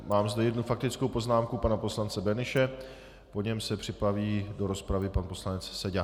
Mám zde jednu faktickou poznámku pana poslance Böhnische, po něm se připraví do rozpravy pan poslanec Seďa.